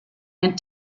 ein